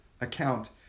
account